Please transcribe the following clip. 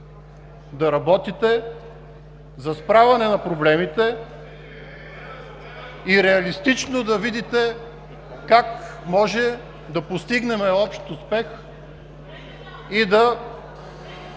да работите за справяне с проблемите и реалистично да видите как може да постигнем общ успех.